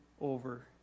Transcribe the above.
over